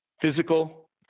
physical